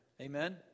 Amen